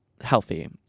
healthy